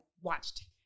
watched